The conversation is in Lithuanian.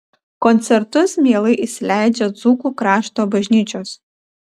koncertus mielai įsileidžia dzūkų krašto bažnyčios